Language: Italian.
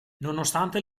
nonostante